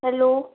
hello